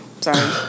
sorry